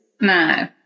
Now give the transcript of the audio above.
No